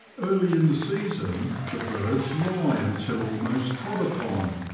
early in the season the birds lie until almost trod upon,